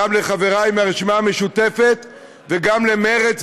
גם לחברי מהרשימה המשותפת וגם למרצ,